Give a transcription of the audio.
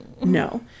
No